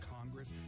Congress